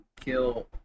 kill